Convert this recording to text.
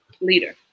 leader